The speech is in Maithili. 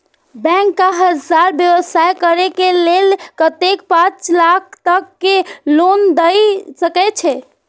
बैंक का हमरा व्यवसाय करें के लेल कतेक पाँच लाख तक के लोन दाय सके छे?